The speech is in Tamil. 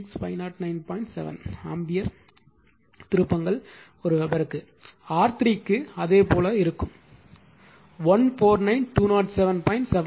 7 ஆம்பியர் திருப்பங்கள் வெபருக்கு R3 க்கு அதேபோல இருக்கும் 149207